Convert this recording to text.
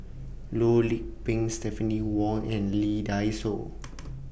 Loh Lik Peng Stephanie Wong and Lee Dai Soh